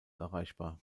erreichbar